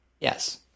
Yes